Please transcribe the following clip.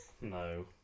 No